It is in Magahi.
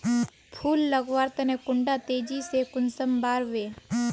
फुल लगवार तने कुंडा तेजी से कुंसम बार वे?